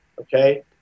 Okay